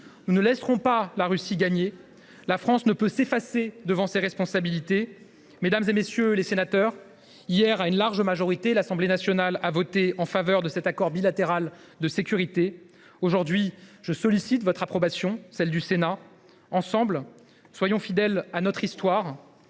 Nous ne laisserons pas la Russie gagner. La France ne peut se dérober à ses responsabilités. Mesdames, messieurs les sénateurs, hier, à une large majorité, l’Assemblée nationale a voté en faveur de cet accord bilatéral de sécurité. Aujourd’hui, je sollicite votre approbation, celle du Sénat. Ensemble, soyons fidèles à notre histoire,